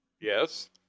Yes